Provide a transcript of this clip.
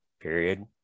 period